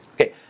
Okay